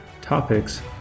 topics